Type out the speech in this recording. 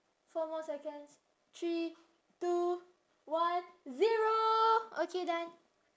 four more seconds three two one zero okay done